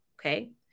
okay